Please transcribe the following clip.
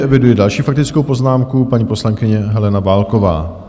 Eviduji další faktickou poznámku, paní poslankyně Helena Válková.